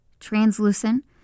translucent